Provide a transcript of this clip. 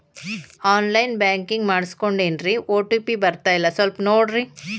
on line banking ಮಾಡಿಸ್ಕೊಂಡೇನ್ರಿ OTP ಬರ್ತಾಯಿಲ್ಲ ಸ್ವಲ್ಪ ನೋಡ್ರಿ